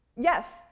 Yes